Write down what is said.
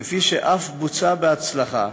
כפי שאף בוצע בהצלחה,